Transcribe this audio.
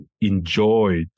enjoyed